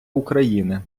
україни